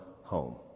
home